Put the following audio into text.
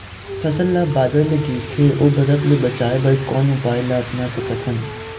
फसल ला बादर ले गिरथे ओ बरफ ले बचाए बर कोन उपाय ला अपना सकथन?